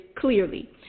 clearly